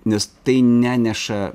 nes tai neneša